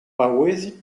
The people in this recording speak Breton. paouezit